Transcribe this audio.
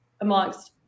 amongst